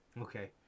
Okay